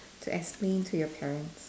to explain to your parents